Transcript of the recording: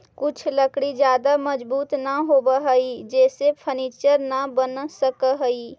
कुछ लकड़ी ज्यादा मजबूत न होवऽ हइ जेसे फर्नीचर न बन सकऽ हइ